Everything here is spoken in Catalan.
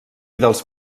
dels